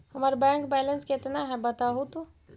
हमर bank balance केतना है बताहु तो?